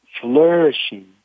flourishing